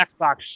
Xbox